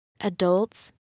Adults